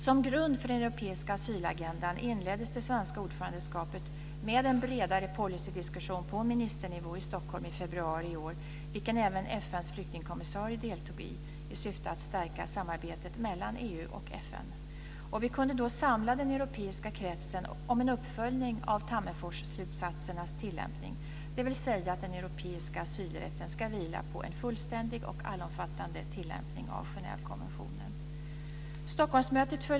Som grund för den europeiska asylagendan inleddes det svenska ordförandeskapet med en bredare policydiskussion på ministernivå i Stockholm i februari i år, i vilken även FN:s flyktingkommissarie deltog, i syfte att stärka samarbetet mellan EU och FN. Vi kunde då samla den europeiska kretsen om en uppföljning av Tammerfors-slutsatsernas tillämpning, dvs. att den europeiska asylrätten ska vila på en fullständig och allomfattande tillämpning av Genèvekonventionen.